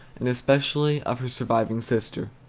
and especially of her surviving sister.